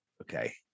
Okay